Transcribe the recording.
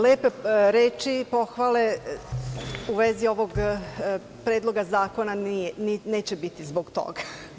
Lepe reči i pohvale u vezi ovog Predloga zakona neće biti zbog toga.